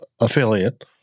affiliate